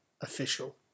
Official